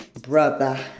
brother